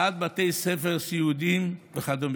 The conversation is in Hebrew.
ועד בתי ספר סיעודיים וכדומה.